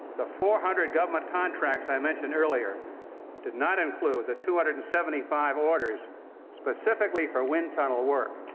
the four hundred government contracts i mentioned earlier did not include the two hundred and seventy five orders specifically for wind tunnel work.